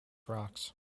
rocks